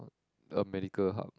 a medical hub